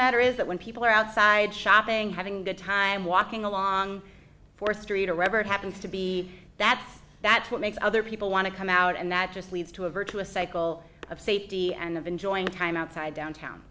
matter is that when people are outside shopping having the time walking along fourth street a record happens to be that that's what makes other people want to come out and that just leads to a virtuous cycle of safety and of enjoying time outside downtown